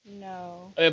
no